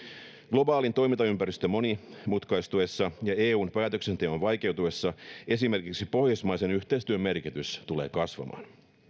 globaalin toimintaympäristön monimutkaistuessa ja eun päätöksenteon vaikeutuessa esimerkiksi pohjoismaisen yhteistyön merkitys tulee kasvamaan